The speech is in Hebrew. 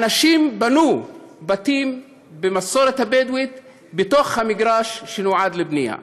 האנשים בנו בתים במסורת הבדואית בתוך המגרש שנועד לבנייה.